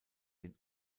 den